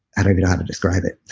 and how to describe it